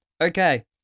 Okay